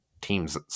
teams